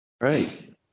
Right